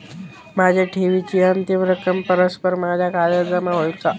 माझ्या ठेवीची अंतिम रक्कम परस्पर माझ्या खात्यात जमा होईल का?